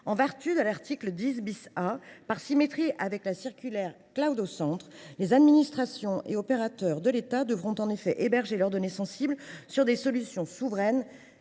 En vertu de l’article 10 A, par symétrie avec la circulaire « au centre », les administrations et opérateurs de l’État devront en effet héberger leurs données sensibles sur des solutions souveraines